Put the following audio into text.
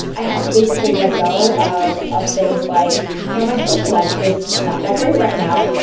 i had to basically let go of of things like you know my social life is not that great right now.